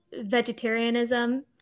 vegetarianism